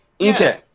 Okay